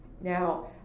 now